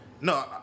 No